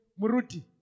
Muruti